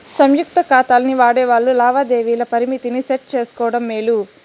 సంయుక్త కాతాల్ని వాడేవాల్లు లావాదేవీల పరిమితిని సెట్ చేసుకోవడం మేలు